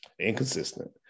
Inconsistent